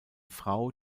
frau